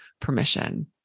permission